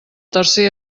tercer